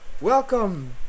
Welcome